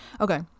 okay